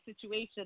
situation